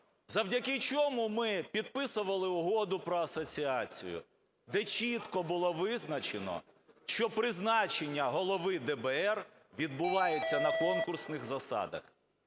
завдяки чому ми підписували Угоду про асоціацію, де чітко було визначено, що призначення голови ДБР відбувається на конкурсних засадах.